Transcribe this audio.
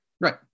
right